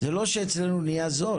זה לא שאצלנו נהיה זול,